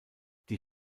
die